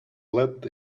lead